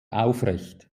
aufrecht